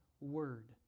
word